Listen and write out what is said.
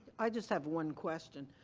i just have one question.